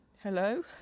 hello